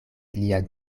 lian